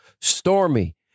stormy